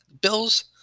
Bills